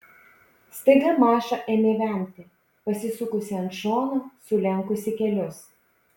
staiga maša ėmė vemti pasisukusi ant šono sulenkusi kelius